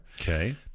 Okay